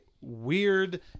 weird